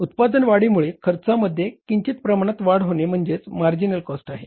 उत्पादन वाढीमुळे खर्चामध्ये किंचित प्रमाणात वाढ होणे म्हणजे मार्जिनल कॉस्ट आहे